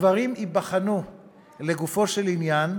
הדברים ייבחנו לגופו של עניין,